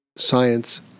science